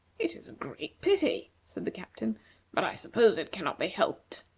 it is a great pity, said the captain but i suppose it cannot be helped.